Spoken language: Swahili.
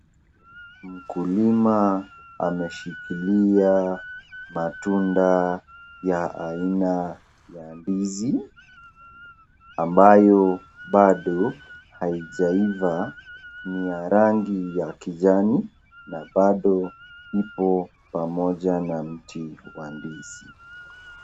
Mkulima, ameshikilia, matunda, ya aina, ya ndizi, ambayo bado, haijaiva, ni ya rangi ya kijani, na bado, ipo, pamoja na mti, wa ndizi.